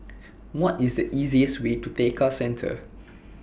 What IS The easiest Way to Tekka Centre